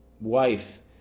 wife